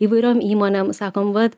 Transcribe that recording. įvairiom įmonėm sakom vat